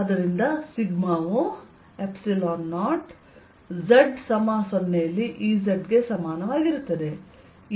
ಆದ್ದರಿಂದ ಸಿಗ್ಮಾ ವು ϵ0 z 0 ನಲ್ಲಿ Ezಗೆ ಸಮಾನವಾಗಿರುತ್ತದೆ